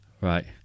Right